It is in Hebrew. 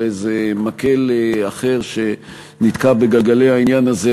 איזה מקל אחר שנתקע בגלגלי העניין הזה,